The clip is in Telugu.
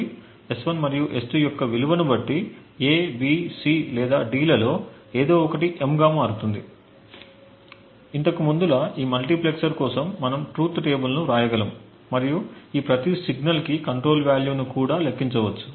కాబట్టి S1 మరియు S2 యొక్క విలువను బట్టి A B C లేదా D లలో ఎదో ఒకటి M గా మారుతుంది మారుతుంది ఇంతకు ముందులా ఈ మల్టీప్లెక్సర్ కోసం మనము ట్రూత్ టేబుల్ను వ్రాయగలము మరియు ఈ ప్రతి సిగ్నల్కి కంట్రోల్ వాల్యూను కూడా లెక్కించవచ్చు